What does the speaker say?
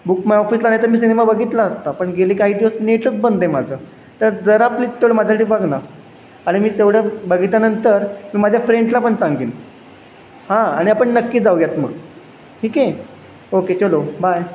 book my ऑफिसला नाही तर मी सिनेमा बघितला असता पण गेली काही दिवस नेटच बंद आहे माझं तर जरा प्लीज तेवढं माझ्यासाठी बघ ना आणि मी तेवढं बघितल्यानंतर मी माझ्या फ्रेंडला पण सांगेन हां आणि आपण नक्की जाऊयात मग ठीक आहे ओके चलो बाय